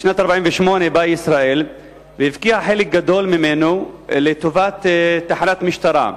בשנת 1948 באה ישראל והפקיעה חלק גדול ממנו לטובת תחנת משטרה.